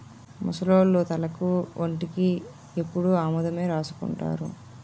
ముసలోళ్లు తలకు ఒంటికి ఎప్పుడు ఆముదమే రాసుకుంటారు